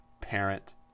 parent